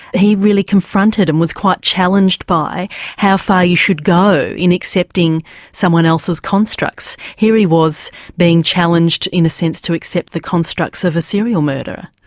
he really confronted and was quite challenged by how far you should go in accepting someone else's constructs. here he was being challenged in a sense to accept the constructs of a serial murderer.